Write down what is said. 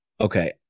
Okay